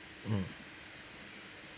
mm